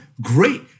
great